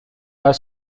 are